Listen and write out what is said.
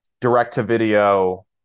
direct-to-video